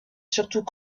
surtout